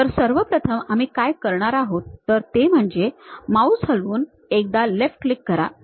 तर सर्वप्रथम आम्ही काय करणार आहोत ते म्हणजे माऊस हलवून एकदा लेफ्ट क्लिक करा